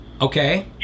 okay